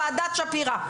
ועדת שפירא,